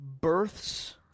births